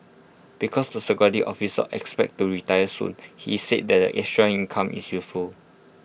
because the security officer expects to retire soon he said that the extra income is useful